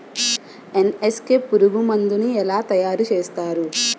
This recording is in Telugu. ఎన్.ఎస్.కె పురుగు మందు ను ఎలా తయారు చేస్తారు?